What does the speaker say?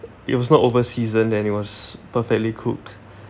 it was not over seasoned and it was perfectly cooked